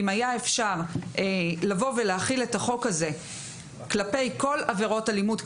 אם היה אפשר להחיל את החוק הזה כלפי כל עבירות אלימות,